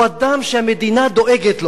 הוא אדם שהמדינה דואגת לו.